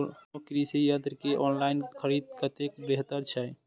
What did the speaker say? कोनो कृषि यंत्र के ऑनलाइन खरीद कतेक बेहतर छै?